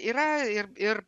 yra ir ir